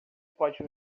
pode